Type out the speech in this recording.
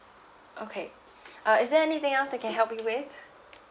okay uh is there anything else I can help you with